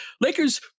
lakers